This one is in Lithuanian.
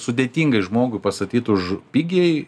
sudėtingai žmogui pastatyt už pigiai